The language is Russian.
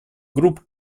групп